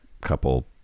couple